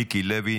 מיקי לוי,